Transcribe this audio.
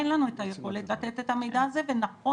אין לנו את היכולת לתת את המידע הזה ונכון